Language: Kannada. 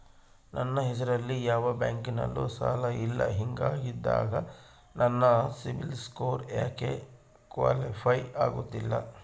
ನನ್ನ ಹೆಸರಲ್ಲಿ ಯಾವ ಬ್ಯಾಂಕಿನಲ್ಲೂ ಸಾಲ ಇಲ್ಲ ಹಿಂಗಿದ್ದಾಗ ನನ್ನ ಸಿಬಿಲ್ ಸ್ಕೋರ್ ಯಾಕೆ ಕ್ವಾಲಿಫೈ ಆಗುತ್ತಿಲ್ಲ?